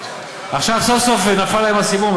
עכשיו סוף-סוף נפל להם האסימון,